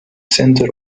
center